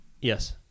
Yes